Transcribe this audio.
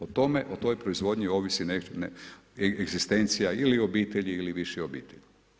O tome, o toj proizvodnji ovisi egzistencija ili obitelji ili više obitelji.